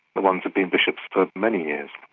the ones who've been bishops for many years.